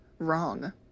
wrong